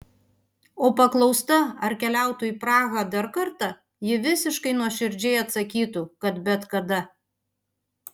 o paklausta ar keliautų į prahą dar kartą ji visiškai nuoširdžiai atsakytų kad bet kada